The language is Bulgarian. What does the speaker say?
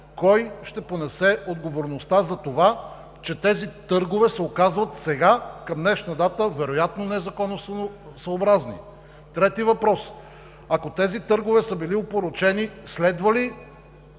Кой ще понесе отговорността за това, че тези търгове към днешна дата се оказват вероятно незаконосъобразни? Трети въпрос: ако тези търгове са били опорочени, следва ли